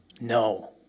No